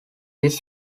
this